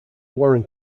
warren